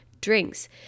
drinks